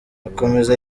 akomeza